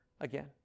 again